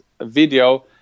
video